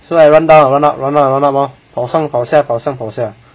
so I run down and run up run down run up lor 跑上跑下跑上跑下